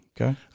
Okay